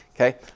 Okay